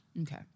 Okay